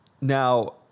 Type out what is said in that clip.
Now